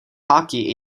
hockey